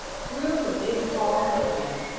through the big hall they went,